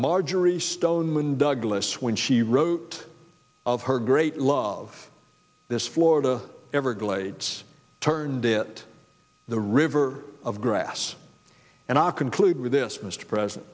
marjorie stoneman douglas when she wrote of her great love this florida everglades turned it the river of grass and i'll conclude with this mr president